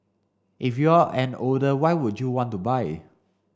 if you're an older why would you want to buy